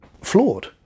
flawed